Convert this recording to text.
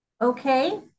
okay